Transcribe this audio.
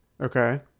Okay